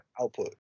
output